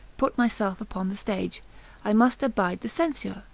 put myself upon the stage i must abide the censure,